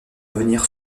revenir